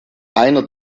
einer